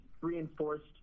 reinforced